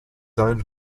owned